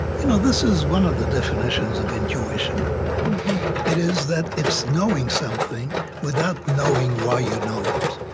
you know this is one of the definitions of intuition it is that it's knowing something without knowing why you know it.